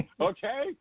Okay